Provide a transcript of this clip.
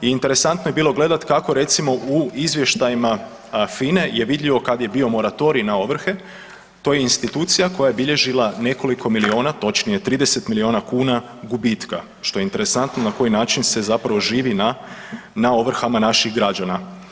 I interesantno je bilo gledati kako recimo u izvještajima FINE je vidljivo kad je bio moratorij na ovrhe, to je institucija koja je bilježila nekoliko miliona, točnije 30 miliona kuna gubitka što je interesantno na koji način se zapravo živi na, na ovrhama naših građana.